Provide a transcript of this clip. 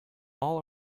all